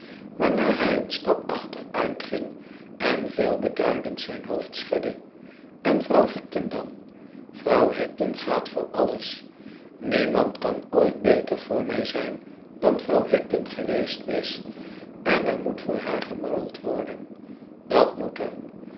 waarna hij een stap achteruitging en veelbeduidend zijn hoofd schudde en vrouw higden dan vrouw higden gaat voor alles niemand kan ooit beter voor mij zijn dan vrouw higden geweest is en er moet voor haar gemangeld worden dat moet er